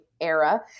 era